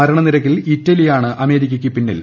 മരണനിരക്കിൽ ്ഇറ്റലിയാണ് അമേരിക്കയ്ക്ക് പിന്നിൽ